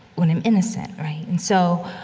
when i'm innocent, right? and so,